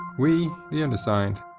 we, the undersigned,